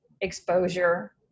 exposure